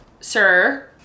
sir